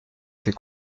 ces